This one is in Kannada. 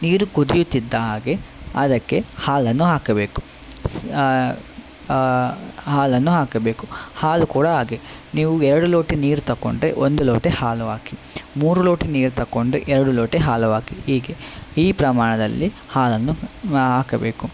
ನೀರು ಕುದಿಯುತ್ತಿದ್ದ ಹಾಗೆ ಅದಕ್ಕೆ ಹಾಲನ್ನು ಹಾಕಬೇಕು ಸ್ ಹಾಲನ್ನು ಹಾಕಬೇಕು ಹಾಲು ಕೂಡ ಹಾಗೆ ನೀವು ಎರಡು ಲೋಟ ನೀರು ತಗೊಂಡ್ರೆ ಒಂದು ಲೋಟ ಹಾಲು ಹಾಕಿ ಮೂರು ಲೋಟ ನೀರು ತಗೊಂಡ್ರೆ ಎರಡು ಲೋಟ ಹಾಲು ಹಾಕಿ ಹೀಗೆ ಈ ಪ್ರಮಾಣದಲ್ಲಿ ಹಾಲನ್ನು ಹಾಕಬೇಕು